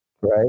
Right